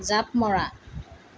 জাপ মৰা